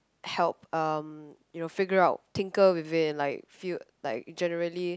help um you know figure out tinker with it and like feel like generally